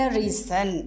reason